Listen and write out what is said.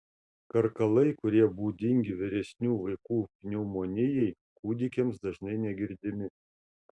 karkalai kurie būdingi vyresnių vaikų pneumonijai kūdikiams dažnai negirdimi